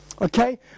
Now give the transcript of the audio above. Okay